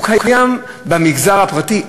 קיים במגזר הפרטי,